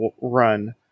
Run